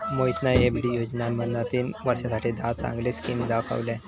मोहितना एफ.डी योजनांमधना तीन वर्षांसाठी दहा चांगले स्किम दाखवल्यान